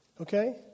Okay